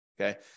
Okay